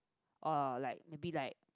or like maybe like